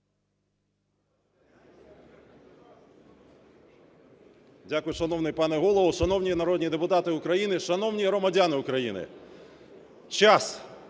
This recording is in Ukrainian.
Дякую, шановний пане Голово! Шановні народні депутати України, шановні громадяни України! Час